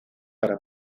para